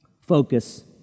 Focus